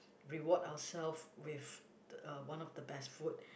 reward ourself with uh one of the best food